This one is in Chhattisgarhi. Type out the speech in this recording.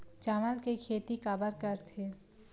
चावल के खेती काबर करथे?